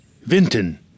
Vinton